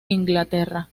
inglaterra